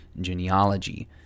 genealogy